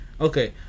Okay